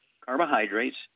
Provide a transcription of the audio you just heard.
carbohydrates